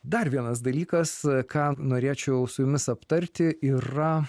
dar vienas dalykas ką norėčiau su jumis aptarti yra